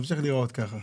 תמשיך ככה.